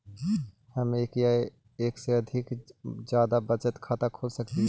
हम एक या एक से जादा बचत खाता खोल सकली हे?